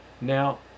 Now